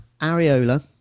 Ariola